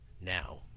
Now